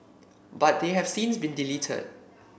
but they have since been deleted